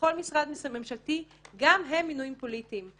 בכל משרד ממשלתי, גם הם מינויים פוליטיים.